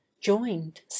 joined